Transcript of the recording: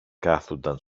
κάθουνταν